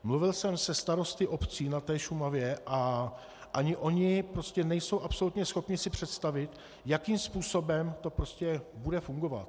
Mluvil jsem se starosty obcí na té Šumavě a ani oni prostě nejsou absolutně schopni si představit, jakým způsobem to bude fungovat.